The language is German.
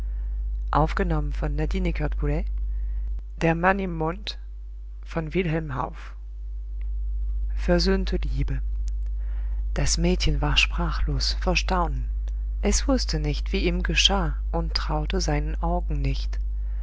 versöhnte liebe das mädchen war sprachlos vor staunen es wußte nicht wie ihm geschah und traute seinen augen nicht